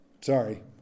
Sorry